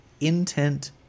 intent